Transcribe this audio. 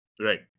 Right